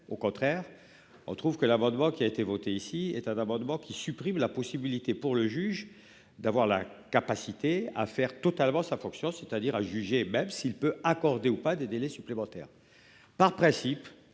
au contraire on trouve que l'abondement, qui a été voté ici est un amendement qui supprime la possibilité pour le juge d'avoir la capacité à faire totalement sa fonction, c'est-à-dire à juger même s'il peut accorder ou pas des délais supplémentaires par principe,